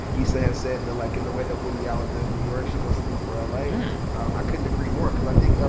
issa has said that, like, in the way that woody allen does new york, she wants to do for la. like yeah and um i couldn't agree more because i think, ah